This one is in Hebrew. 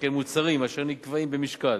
שכן מוצרים אשר נקבעים במשקל,